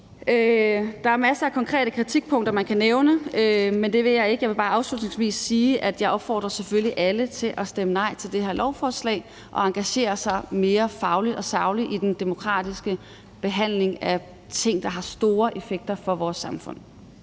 Der er masser af konkrete kritikpunkter, man kan nævne, men det vil jeg ikke. Jeg vil bare afslutningsvis sige, at jeg selvfølgelig opfordrer alle til at stemme nej til det her lovforslag og engagere sig mere fagligt og sagligt i den demokratiske behandling af ting, der har store effekter for vores samfund.